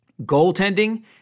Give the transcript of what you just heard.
Goaltending